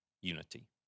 unity